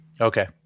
Okay